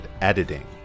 editing